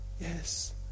Yes